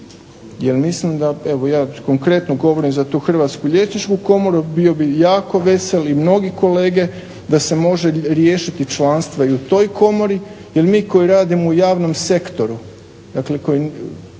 Jel mislim ja konkretno govorim za tu Hrvatsku liječničku komoru, bio bih jako vesel i mnogi kolege da se može riješiti članstva i u toj komori. Jel mi koji radimo u javnom sektoru dakle koji